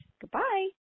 Goodbye